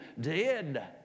dead